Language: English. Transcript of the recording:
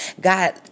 God